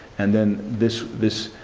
and then this this